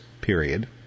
period